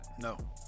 no